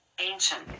Ancient